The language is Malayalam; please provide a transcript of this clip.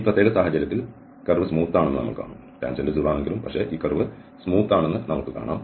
ഈ പ്രത്യേക സാഹചര്യത്തിൽ കർവ് സ്മൂത്ത് ആണെന്ന് നമ്മൾ കാണും